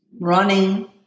running